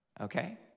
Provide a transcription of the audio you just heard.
Okay